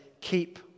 keep